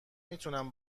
میتونم